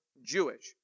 Jewish